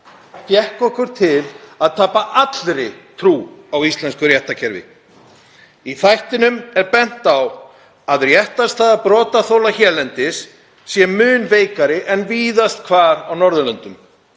fékk okkur til að tapa allri trú á íslenskt réttarkerfi. Í þættinum er bent á að réttarstaða brotaþola hérlendis sé mun veikari en víðast hvar á Norðurlöndum